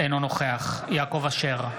אינו נוכח יעקב אשר,